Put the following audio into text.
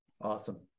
Awesome